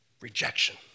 rejection